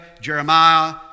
Jeremiah